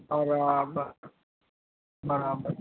બરાબર બરાબર